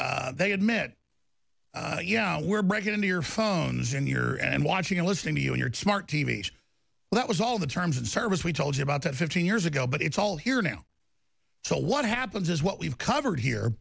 up they admit you know we're breaking into your phones and your and watching and listening to you in your smart t v that was all the terms in service we told you about ten fifteen years ago but it's all here now so what happens is what we've covered here